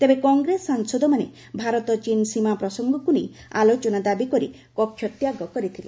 ତେବେ କଂଗ୍ରେସ ସାଂସଦମାନେ ଭାରତ ଚୀନ୍ ସୀମା ପ୍ରସଙ୍ଗକୁ ନେଇ ଆଲୋଚନା ଦାବି କରି କକ୍ଷତ୍ୟାଗ କରିଥିଲେ